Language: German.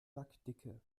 lackdicke